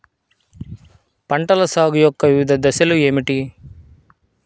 పంటల సాగు యొక్క వివిధ దశలు ఏమిటి?